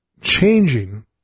changing